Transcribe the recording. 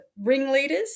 ringleaders